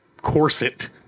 Corset